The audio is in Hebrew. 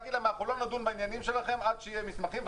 האלטרנטיבה היא להגיד להם: לא נדון בעניינים שלכם עד שיהיו מסמכים.